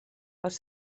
als